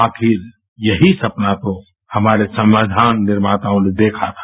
आखिर यही सपना हमारे संविधान निर्माताओं ने देखा था